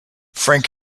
frank